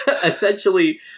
essentially